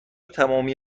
تمامی